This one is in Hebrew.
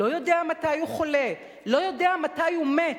לא יודע מתי הוא חולה, לא יודע מתי הוא מת,